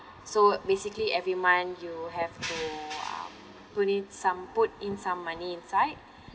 so basically every month you have to um put in some put in some money inside